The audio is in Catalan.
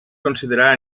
considerar